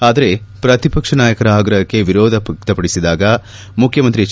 ಆದರೆ ಪ್ರತಿಪಕ್ಷ ನಾಯಕರ ಆಗ್ರಹಕ್ಕೆ ವಿರೋಧ ವ್ವಕ್ತಪಡಿಬದ ಮುಖ್ಯಮಂತ್ರಿ ಎಚ್